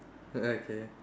okay